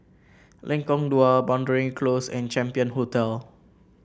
Lengkong Dua Boundary Close and Champion Hotel